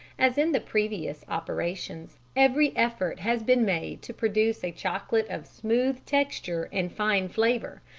as in the previous operations, every effort has been made to produce a chocolate of smooth texture and fine flavour,